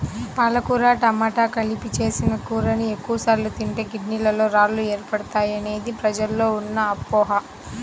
పాలకూర టమాట కలిపి చేసిన కూరని ఎక్కువ సార్లు తింటే కిడ్నీలలో రాళ్లు ఏర్పడతాయనేది ప్రజల్లో ఉన్న అపోహ